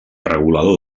regulador